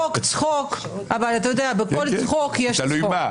צחוק-צחוק, אבל בכל צחוק יש --- תלוי מה.